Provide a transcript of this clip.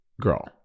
Girl